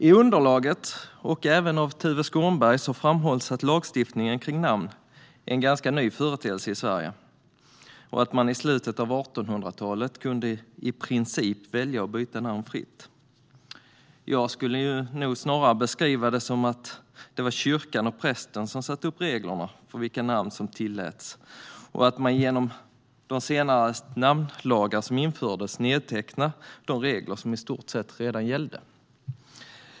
I underlaget, och även av Tuve Skånberg, framhålls att namnlagstiftning är en ganska ny företeelse i Sverige och att man i slutet av 1800-talet i princip kunde välja och byta namn fritt. Jag skulle nog snarare beskriva det som att det var kyrkan och prästen som satte upp reglerna för vilka namn som tilläts och att man i de namnlagar som infördes nedtecknade de regler som i stort redan gällde.